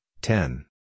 ten